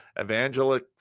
Evangelic